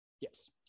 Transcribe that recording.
yes